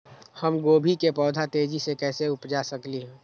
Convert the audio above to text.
हम गोभी के पौधा तेजी से कैसे उपजा सकली ह?